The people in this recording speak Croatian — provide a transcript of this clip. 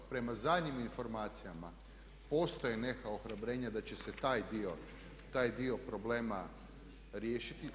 Prema zadnjim informacijama postoje neka ohrabrenja da će se taj dio problema riješiti.